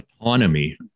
autonomy